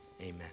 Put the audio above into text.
Amen